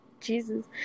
Jesus